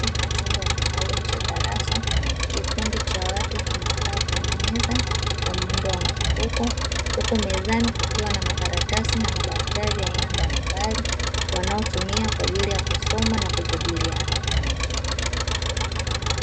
Ndani ya chumba maalumu cha darasa, kikundi cha watu kimekaa kwenye meza kwa muundo wa mzunguko, huku mezani kukiwa na makaratasi na madaftari ya aina mbalimbali; wanayotumia kwa ajili ya kusoma na kujadiliana.